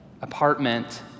apartment